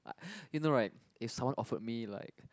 a~ you know right if someone offered me like